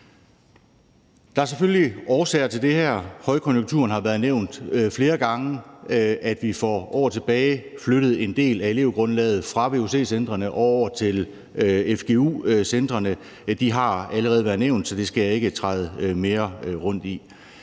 Der er selvfølgelig årsager til det her. Højkonjunkturen har været nævnt flere gange, og at vi for år tilbage flyttede en del af elevgrundlaget fra vuc-centrene over til fgu-centrene, har allerede været nævnt, så det skal jeg ikke træde mere rundt i.